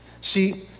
See